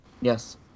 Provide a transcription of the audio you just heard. Yes